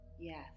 Yes